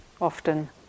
often